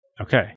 Okay